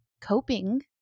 coping